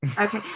Okay